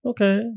Okay